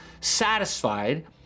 satisfied